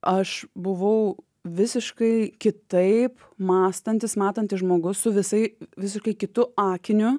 aš buvau visiškai kitaip mąstantis matantis žmogus su visai visiškai kitu akiniu